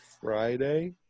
Friday